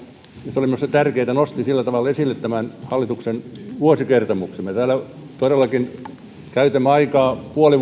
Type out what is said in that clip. se oli minusta tärkeää että hän nosti sillä tavalla esille tämän hallituksen vuosikertomuksen me täällä todellakin käytämme aikaa puoli